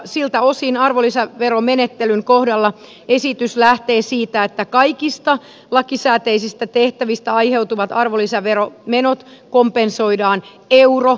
siltä osin arvonlisäveromenettelyn kohdalla esitys lähtee siitä että kaikista lakisääteisistä tehtävistä aiheutuvat arvonlisäveromenot kompensoidaan euro eurosta